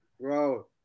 Bro